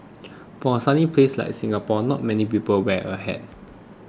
for a sunny place like Singapore not many people wear a hat